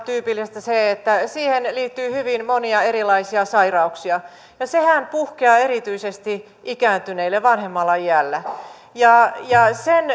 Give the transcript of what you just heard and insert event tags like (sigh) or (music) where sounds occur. (unintelligible) tyypillistä se että siihen liittyy hyvin monia erilaisia sairauksia sehän puhkeaa erityisesti ikääntyneille vanhemmalla iällä ja sen (unintelligible)